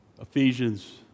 Ephesians